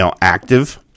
active